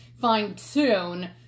fine-tune